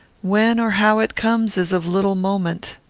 when or how it comes, is of little moment.